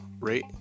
rate